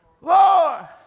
Lord